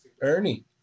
Ernie